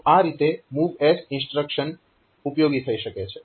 તો આ રીતે MOVS ઇન્સ્ટ્રક્શન ઉપયોગી થઈ શકે છે